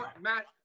Matt